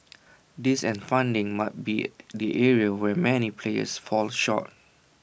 this and funding might be the areas where many players fall short